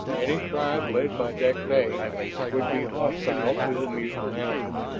any tribe led by deklay would be hostile to the mutant animals.